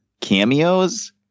cameos